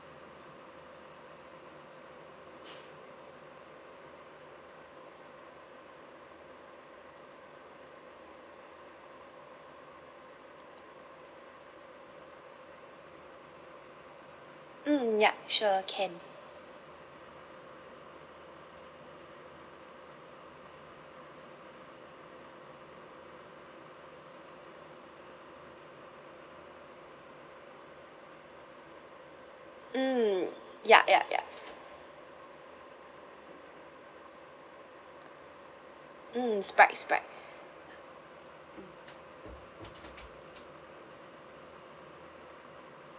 mm yup sure can mm ya ya ya mm sprite sprite